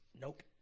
Nope